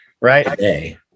Right